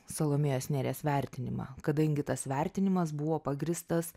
salomėjos nėries vertinimą kadangi tas vertinimas buvo pagrįstas